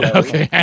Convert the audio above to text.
okay